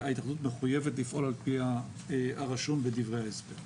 וההתאחדות מחויבת לפעול על פי הרשום בדברי ההסבר.